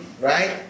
right